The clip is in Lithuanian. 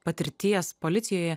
patirties policijoje